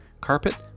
carpet